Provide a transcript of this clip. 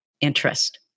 Interest